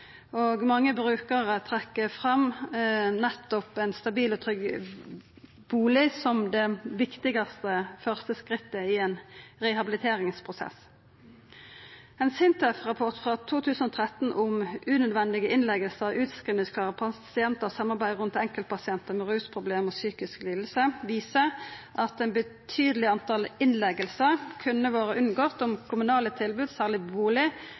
lidingar. Mange brukarar trekkjer fram nettopp ein stabil og trygg bustad som det viktigaste første skrittet i ein rehabiliteringsprosess. Ein SINTEF-rapport frå 2013 om unødvendige innleggingar, utskrivingsklare pasientar og samarbeidet rundt enkeltpasientar med rusproblem og psykiske lidingar viser at eit betydeleg tal innleggingar kunne vore unngått om